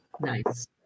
Nice